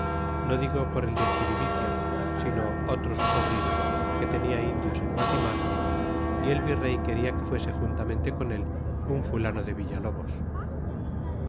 no digo por el de chiribitio sino otro su sobrino que tenia indios en guatimala y el vi rey quena que fuese juntamente con él un fulano de villalobos